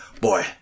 Boy